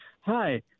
Hi